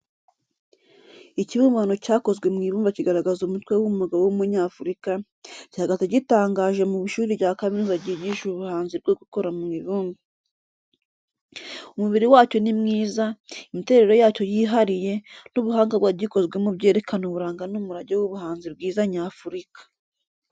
Ikibumbano cyakozwe mu ibumba kigaragaza umutwe w’umugabo w’Umunyafurika, gihagaze gitangaje mu ishuri rya kaminuza ryigisha ubuhanzi bwo gukora mu ibumba. Umubiri wacyo ni mwiza, imiterere yacyo yihariye, n’ubuhanga bwagikozwemo byerekana uburanga n’umurage w’ubuhanzi bwiza nyafurika.